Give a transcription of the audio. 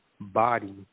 body